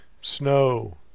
snow